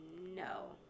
no